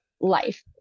life